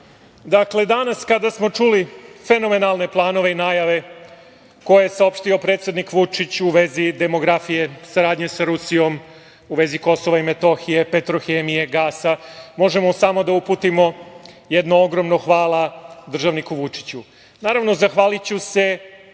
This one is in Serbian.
građani, danas kada smo čuli fenomenalne planove i najave koje je saopštio predsednik Vučić u vezi demografije, saradnje sa Rusijom, u vezi KiM, „Petrohemije“, gasa, možemo samo da uputimo jedno ogromno hvala državniku Vučiću. Naravno, zahvaliću se